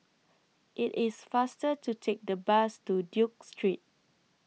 IT IS faster to Take The Bus to Duke Street